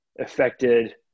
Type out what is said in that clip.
affected